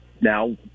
now